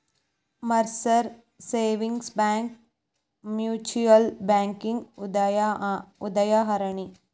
Mercer savings bank mutual ಬ್ಯಾಂಕಿಗಿ ಉದಾಹರಣಿ